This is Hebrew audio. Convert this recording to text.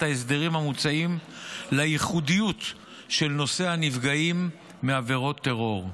ההסדרים המוצעים לייחודיות של נושא הנפגעים מעבירות טרור.